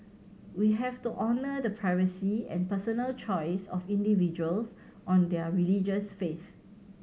we have to honour the privacy and personal choice of individuals on their religious faith